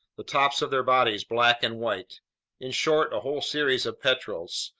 the tops of their bodies black and white in short, a whole series of petrels,